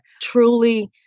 truly